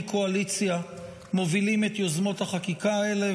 קואליציה מובילים את יוזמות החקיקה האלה,